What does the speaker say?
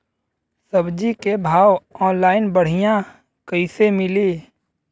सब्जी के भाव ऑनलाइन बढ़ियां कइसे मिली?